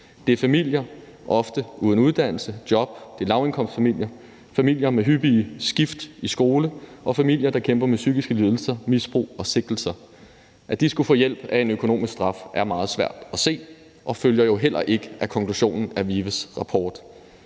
Det er familier, som ofte er uden uddannelse, job, det er lavindkomstfamilier, familier med hyppige skift i skole og familier, der kæmper med psykiske lidelser, misbrug og sigtelser, og at de skulle få hjælp af en økonomisk straf, er meget svært at se, og det følger jo heller ikke af konklusionen af VIVEs rapport.